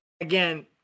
Again